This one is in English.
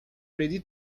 ready